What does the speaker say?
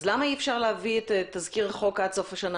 אז למה אי אפשר להביא את תזכיר החוק עד סוף השנה